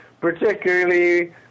particularly